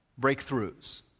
breakthroughs